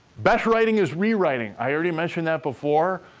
best writing is rewriting. i already mentioned that before.